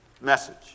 message